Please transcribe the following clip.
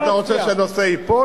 האם אתה רוצה שהנושא ייפול,